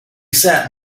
sat